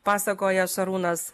pasakoja šarūnas